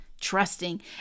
trusting